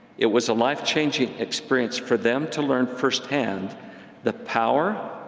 it was a life-changing experience for them to learn firsthand the power,